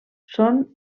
són